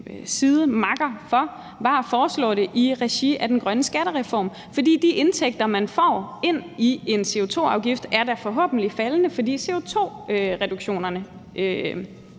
sidemakker for, var at foreslå det i regi af den grønne skattereform. For de indtægter, man får ind i en CO2-afgift, er da forhåbentlig faldende, fordi CO2-udledningerne